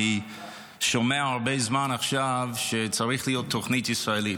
אני שומע הרבה זמן שצריכה להיות תוכנית ישראלית.